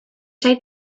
zait